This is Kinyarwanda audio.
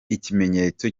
ikimenyetso